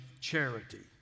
charity